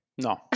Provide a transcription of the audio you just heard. No